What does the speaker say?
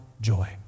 joy